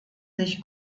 sich